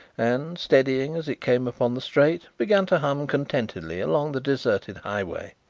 and, steadying as it came upon the straight, began to hum contentedly along the deserted highway.